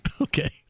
Okay